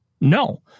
No